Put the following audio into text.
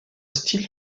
style